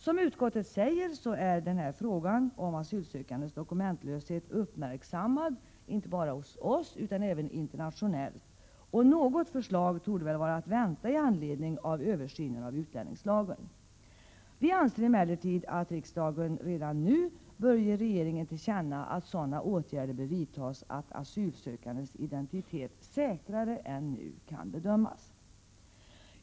Som utskottet säger är frågan om asylsökandes dokumentlöshet uppmärksammad, inte bara hos oss utan även internationellt, och något förslag torde väl vara att vänta med anledning av översynen av utlänningslagen. Vi anser emellertid att riksdagen redan nu bör ge regeringen till känna att sådana åtgärder bör vidtas att asylsökandes identitet säkrare än nu kan bedömas.